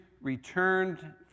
returned